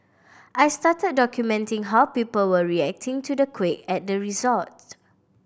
I started documenting how people were reacting to the quake at the resort